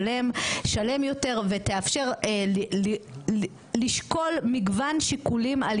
שלם יותר ותאפשר לשקול מגוון שיקולים על